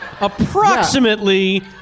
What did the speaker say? approximately